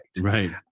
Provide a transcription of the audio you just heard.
right